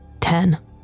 Ten